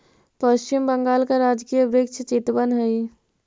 पश्चिम बंगाल का राजकीय वृक्ष चितवन हई